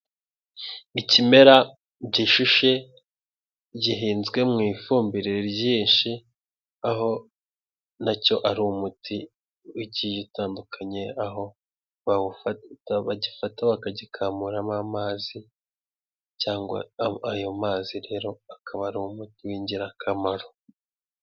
Ikimera gishishe, gihinzwe mu ifumbire ryinshi, aho nacyo ari umuti ugiye utandukanye, aho bawu bagifata bakagikamuramo amazi, cyangwa ayo mazi rero akaba ari umuti w'ingirakamaro.